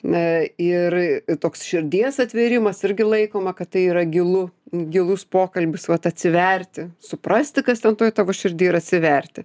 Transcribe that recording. na ir toks širdies atvėrimas irgi laikoma kad tai yra gilu gilus pokalbis vat atsiverti suprasti kas ten toj tavo širdy ir atsiverti